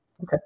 Okay